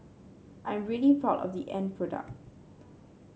I am really proud of the end product